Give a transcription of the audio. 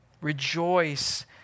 Rejoice